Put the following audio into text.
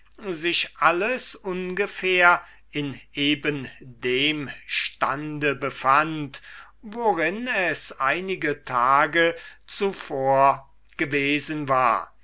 sich alles ungefähr in eben dem stande befand worin es einige tage zuvor gewesen war